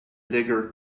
dagger